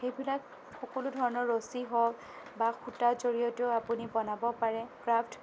সেইবিলাক সকলো ধৰণৰ ৰচী হওঁক বা সূতাৰ জৰিয়তেও আপুনি বনাব পাৰে ক্ৰাফ্ট